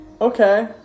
Okay